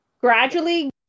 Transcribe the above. gradually